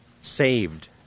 saved